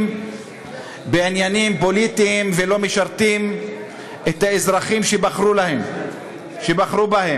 בעניינים פוליטיים ולא משרתים את האזרחים שבחרו בהם.